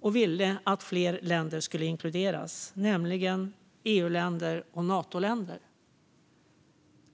och vi ville att fler länder skulle inkluderas, nämligen EU-länder och Natoländer.